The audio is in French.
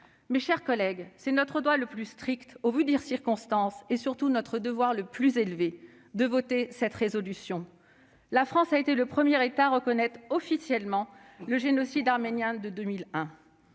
Mes chers collègues, c'est notre droit le plus strict, au vu des circonstances, et surtout notre devoir le plus élevé, de voter cette proposition de résolution. La France a été le premier État à reconnaître officiellement le génocide arménien, en 2001.